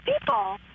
people